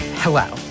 Hello